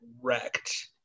wrecked